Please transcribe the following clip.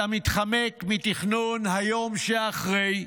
אתה מתחמק מתכנון היום שאחרי.